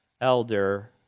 elder